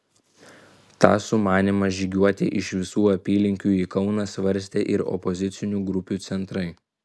tą sumanymą žygiuoti iš visų apylinkių į kauną svarstė ir opozicinių grupių centrai